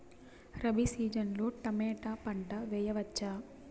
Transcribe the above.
Rabi season లో tomato పంట వేయవచ్చా?